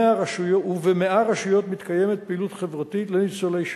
וב-100 רשויות מתקיימת פעילות חברתית לניצולי שואה.